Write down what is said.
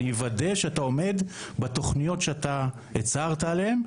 אני אוודא שאתה עומד בתוכניות שאתה הצהרת עליהן,